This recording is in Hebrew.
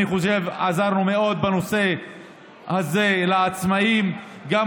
אני חושב שעזרנו מאוד לעצמאים בנושא הזה.